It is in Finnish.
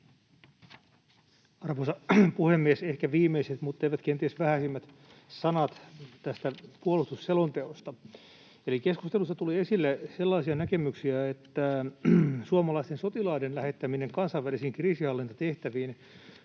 Arvoisa puhemies! Ehkä viimeiset mutta eivät kenties vähäisimmät sanat tästä puolustusselonteosta. Keskustelussa tuli esille sellaisia näkemyksiä, että suomalaisten sotilaiden lähettäminen kansainvälisiin kriisinhallintatehtäviin